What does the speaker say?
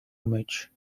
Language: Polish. myć